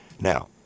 now